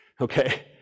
Okay